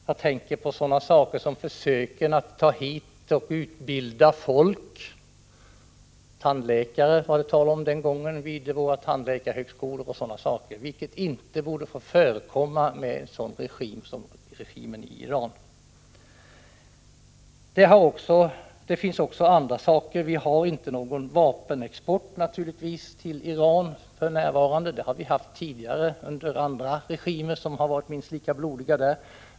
Jag tänker också på försöken att ta hit och utbilda folk — det var den gången tal om utbildning av tandläkare vid våra tandläkarhögskolor — vilket inte borde få förekomma på grund av den regim som nu finns i Iran. Det gäller också andra saker. Vi har naturligtvis inte någon vapenexport till Iran för närvarande — det har vi haft tidigare när det varit andra regimer där som har varit minst lika blodiga.